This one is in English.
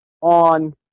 on